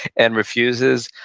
and refuses,